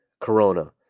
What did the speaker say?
Corona